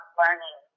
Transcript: learning